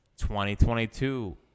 2022